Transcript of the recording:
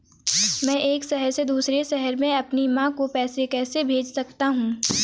मैं एक शहर से दूसरे शहर में अपनी माँ को पैसे कैसे भेज सकता हूँ?